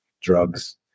drugs